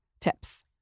tips